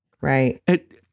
right